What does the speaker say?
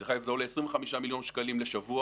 דרך אגב, זה עולה 25 מיליון שקלים לשבוע,